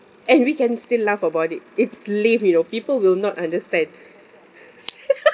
and we can still laugh about it it's lame you know people will not understand